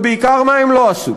ובעיקר מה הן לא עשו.